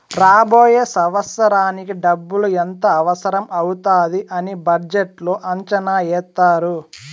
రాబోయే సంవత్సరానికి డబ్బులు ఎంత అవసరం అవుతాది అని బడ్జెట్లో అంచనా ఏత్తారు